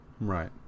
Right